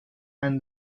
and